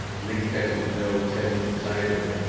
link text with no text inside of it.